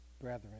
brethren